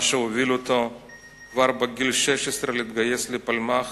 מה שהוביל אותו כבר בגיל 16 להתגייס לפלמ"ח